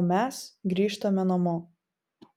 o mes grįžtame namo